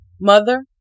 mother